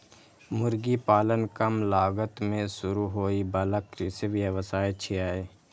मुर्गी पालन कम लागत मे शुरू होइ बला कृषि व्यवसाय छियै